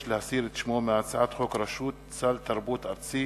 להסיר את שמו מהצעת חוק רשות סל תרבות ארצי,